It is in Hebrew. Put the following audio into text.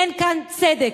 אין כאן צדק.